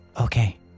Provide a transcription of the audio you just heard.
Okay